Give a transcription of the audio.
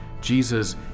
Jesus